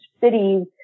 cities